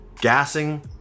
gassing